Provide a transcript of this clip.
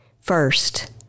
first